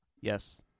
Yes